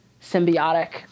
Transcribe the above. symbiotic